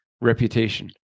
reputation